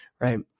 Right